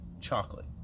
chocolate